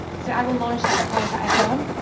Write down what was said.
so i will launch that poll for everyone.